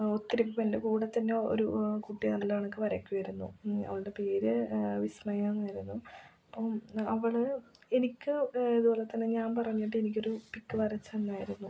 ഒത്തിരി ഇപ്പം എൻ്റെ കൂടെത്തന്നെ ഒരു കുട്ടി നല്ലകണക്ക് വരക്കുമായിരുന്നു അവളുടെ പേര് വിസ്മയ എന്നായിരുന്നു അപ്പം അവൾ എനിക്ക് ഇതുപോലെതന്നെ ഞാൻ പറഞ്ഞിട്ടെനിക്കൊരു പിക്ക് വരച്ചു തന്നായിരുന്നു